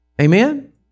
Amen